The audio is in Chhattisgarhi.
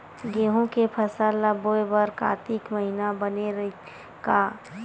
गेहूं के फसल ल बोय बर कातिक महिना बने रहि का?